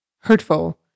hurtful